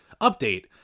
Update